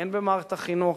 הן במערכת החינוך,